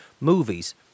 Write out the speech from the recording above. movies